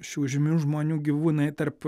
šių žymių žmonių gyvūnai tarp